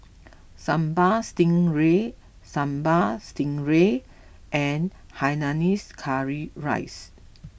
Sambal Stingray Sambal Stingray and Hainanese Curry Rice